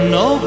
no